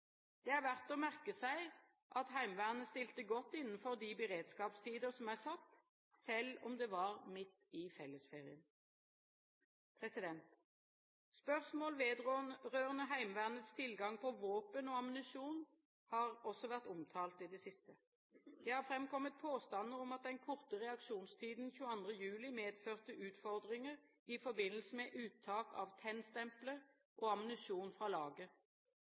Det er verdt å merke seg at Heimevernet stilte godt innenfor de beredskapstider som er satt, selv om det var midt i fellesferien. Spørsmål vedrørende Heimevernets tilgang på våpen og ammunisjon har også vært omtalt i det siste. Det har framkommet påstander om at den korte reaksjonstiden 22. juli medførte utfordringer i forbindelse med uttak av tennstempler og ammunisjon fra